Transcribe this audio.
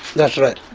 that's right.